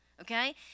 okay